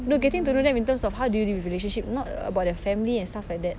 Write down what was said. no getting to know them in terms of how do you deal with relationship not about the family and stuff like that